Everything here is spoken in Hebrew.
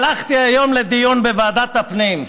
הלכתי היום לדיון בוועדת הפנים.